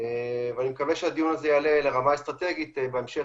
אני מקווה שהדיון הזה יעלה לרמה אסטרטגית בהמשך